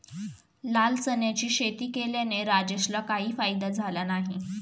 लाल चण्याची शेती केल्याने राजेशला काही फायदा झाला नाही